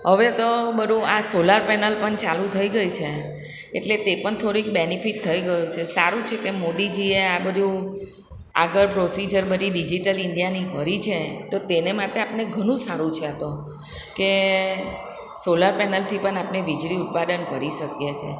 હવે તો બધું આ સોલાર પેનલ પણ ચાલુ થઈ ગઈ છે એટલે તે પણ થોડીક બેનિફિટ થઈ ગયું છે સારું છે કે મોદીજીએ આ બધું આગળ પ્રોસીજર બધી ડિઝિટલ ઇન્ડિયાની કરી છે તો તેને માટે આપણે ઘણું સારું છે તો કે સોલાર પેનલથી પણ આપણે વીજળી ઉત્પાદન કરી શકીએ છીએ